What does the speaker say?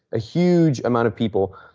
a huge amount of people.